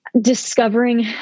discovering